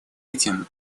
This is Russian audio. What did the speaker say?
этим